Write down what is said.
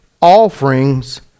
offerings